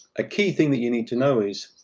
a key thing that you need to know is,